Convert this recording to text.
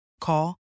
Call